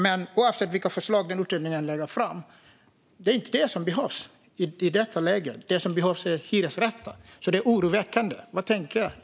Men oavsett vilka förslag som utredningen lägger fram är det inte vad som behövs i detta läge. Vad som behövs är hyresrätter. Det är oroväckande. Vad tänker du om detta?